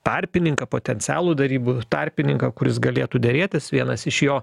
tarpininką potencialų derybų tarpininką kuris galėtų derėtis vienas iš jo